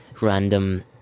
random